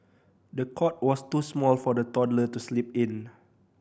the cot was too small for the toddler to sleep in